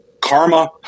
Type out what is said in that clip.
karma